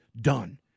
done